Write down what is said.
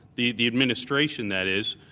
the the administration that is